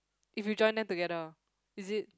if you join them together is it